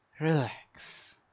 relax